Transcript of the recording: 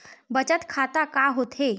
बचत खाता का होथे?